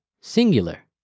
singular